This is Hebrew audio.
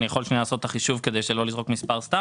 אני יכול לעשות את החישוב כדי שלא לזרוק סתם מספר.